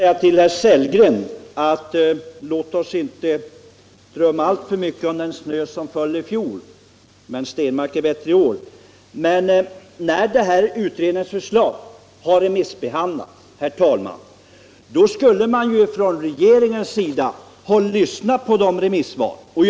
Herr talman! Jag vill först säga till herr Sellgren: Låt oss inte drömma alltför mycket om den snö som föll i fjol — men Stenmark är bättre i år. När utredningsförslaget har remissbehandlats, herr talman, borde regeringen ha lyssnat på remissvaren.